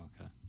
Okay